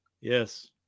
yes